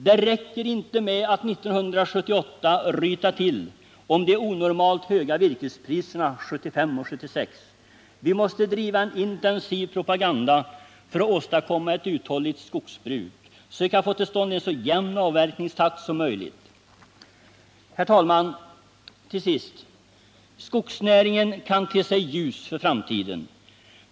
Det räcker inte med att 1978 ryta till om de onormalt höga virkespriserna 1975 och 1976. Vi måste driva en intensiv propaganda för att åstadkomma ett uthålligt skogsbruk, söka få till stånd en så jämn avverkningstakt som möjligt. Till sist, herr talman: Skogsnäringen kan te sig ljus för framtiden.